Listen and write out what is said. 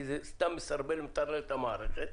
כי זה סתם מסרבל ומטרלל את המערכת.